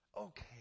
Okay